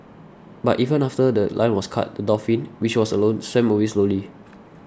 but even after The Line was cut the dolphin which was alone swam away slowly